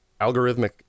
algorithmic